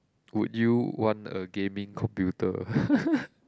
would you want a gaming computer